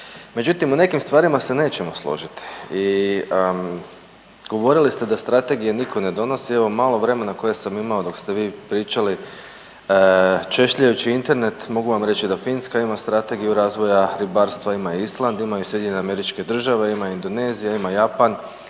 Međutim, u nekim stvarima se nećemo složiti. Govorili ste da strategije nitko ne donosi. Evo malo vremena koje sam imao dok ste vi pričali češljajući Internet, mogu vam reći da Finska ima Strategiju razvoja ribarstva, ima je Island, imaju je SAD, ima Indonezija, ima Japan.